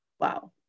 wow